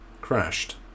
Crashed